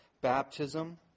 baptism